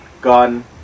Gun